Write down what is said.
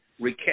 recap